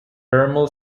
thermal